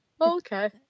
Okay